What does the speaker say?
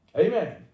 Amen